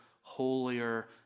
holier